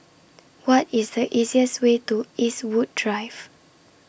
What IS The easiest Way to Eastwood Drive